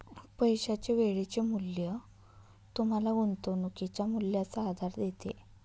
पैशाचे वेळेचे मूल्य तुम्हाला गुंतवणुकीच्या मूल्याचा आधार देते